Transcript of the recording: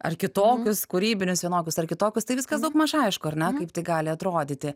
ar kitokius kūrybinius vienokius ar kitokius tai viskas daugmaž aišku ar ne kaip tai gali atrodyti